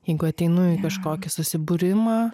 jeigu ateinu į kažkokį susibūrimą